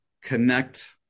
connect